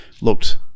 looked